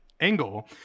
angle